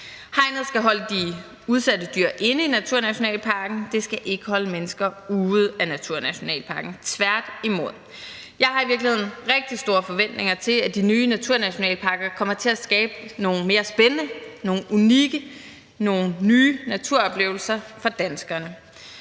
Hegnet skal holde de udsatte dyr inde i naturnationalparken; det skal ikke holde mennesker ude af naturnationalparken, tværtimod. Jeg har i virkeligheden rigtig store forventninger til, at de nye naturnationalparker kommer til at skabe nogle mere spændende, nogle unikke og nogle nye naturoplevelser for danskerne.